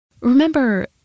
Remember